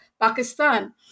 pakistan